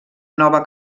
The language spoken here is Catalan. nova